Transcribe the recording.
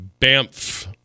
BAMF